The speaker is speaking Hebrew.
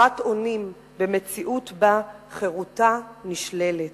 חסרת אונים במציאות שבה חירותה נשללת.